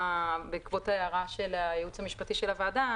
בעקבות ההערה של הייעוץ המשפטי של הוועדה,